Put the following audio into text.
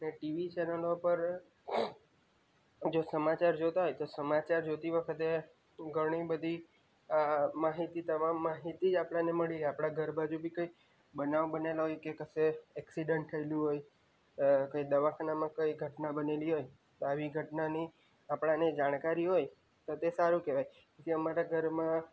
અને ટીવી ચેનલો પર જો સમાચાર જોતાં હોય તો સમાચાર જોતી વખતે ઘણીબધી આ માહિતી તમામ માહિતી આપણને મળી રહે આપના ઘર બાજુ બી કંઈ બનાવ બનેલો હોય કે કશે એક્સિડન્ટ થયેલું હોય કંઈ દવાખાનામાં કંઈ ઘટના બનેલી હોય આવી ઘટનાની આપણને જાણકારી હોય તે સારું કહેવાય અમારા ઘરમાં